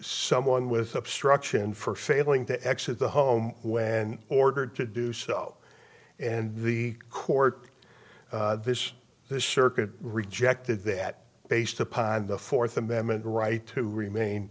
someone with obstruction for failing to exit the home when ordered to do so and the court this circuit rejected that based upon the fourth amendment right to remain